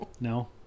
no